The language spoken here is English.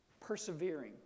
Persevering